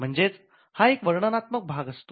म्हणजेच हा एक वर्णनात्मक भाग असतो